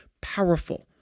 powerful